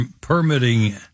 permitting